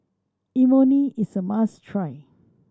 imoni is a must try